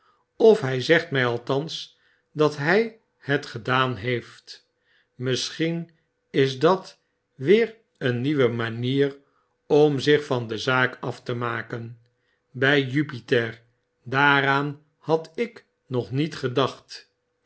of hij zegt mij althans dat hfl het gedaan heeft misschien is dat weer een nieuwe manier om zich van de zaak af te maken bjj jupiter daaraan had ik nog niet gedacht